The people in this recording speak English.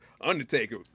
Undertaker